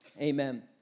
Amen